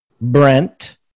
Brent